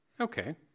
Okay